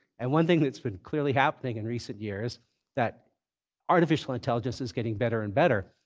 and one thing that's been clearly happening in recent years that artificial intelligence is getting better and better,